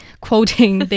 quoting